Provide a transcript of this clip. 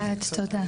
ט': תודה,